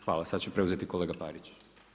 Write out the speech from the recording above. Hvala, sad će preuzeti kolega Parić.